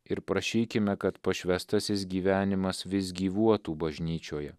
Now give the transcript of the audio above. ir prašykime kad pašvęstasis gyvenimas vis gyvuotų bažnyčioje